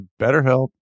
BetterHelp